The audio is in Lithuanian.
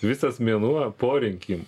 visas mėnuo po rinkimų